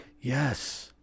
Yes